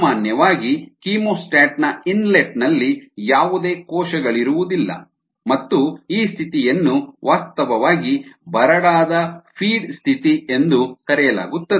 ಸಾಮಾನ್ಯವಾಗಿ ಕೀಮೋಸ್ಟಾಟ್ ನ ಇನ್ಲೆಟ್ ನಲ್ಲಿ ಯಾವುದೇ ಕೋಶಗಳಿರುವುದಿಲ್ಲ ಮತ್ತು ಈ ಸ್ಥಿತಿಯನ್ನು ವಾಸ್ತವವಾಗಿ ಬರಡಾದ ಫೀಡ್ ಸ್ಥಿತಿ ಎಂದು ಕರೆಯಲಾಗುತ್ತದೆ